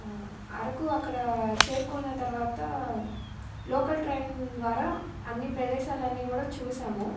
అరకు అక్కడ చేరుకున్న తర్వాత లోకల్ ట్రైన్ ద్వారా అన్ని ప్రదేశాలు అన్నీ కూడా చూసాము